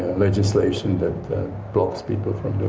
legislation that blocks people from